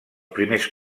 primers